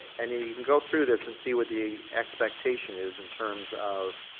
and you can go through this and see what the expectation is in terms of